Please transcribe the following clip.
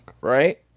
right